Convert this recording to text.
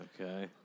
Okay